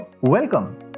welcome